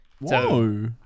Whoa